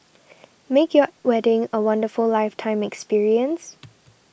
make your wedding a wonderful lifetime experience